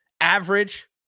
Average